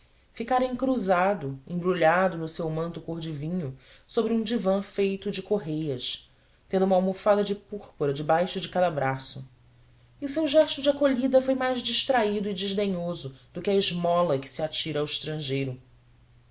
ficara encruzado embrulhado no seu manto cor de vinho sobre um divã feito de correias tendo uma almofada de púrpura debaixo de cada braço e o seu gesto de acolhida foi mais distraído e desdenhoso do que a esmola que se atira ao estrangeiro